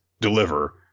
deliver